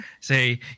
say